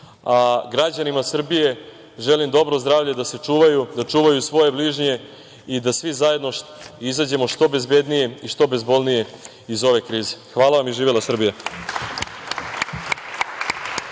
a građanima Srbije želim dobro zdravlje, da se čuvaju, da čuvaju svoje bližnje i da svi zajedno izađemo što bezbednije i što bezbolnije iz ove krize. Hvala vam i živela Srbija.